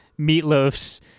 Meatloaf's